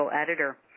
Editor